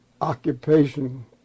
occupation